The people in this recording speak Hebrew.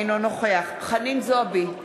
אינו נוכח חנין זועבי,